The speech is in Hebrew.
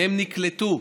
ומהם נקלטו,